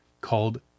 called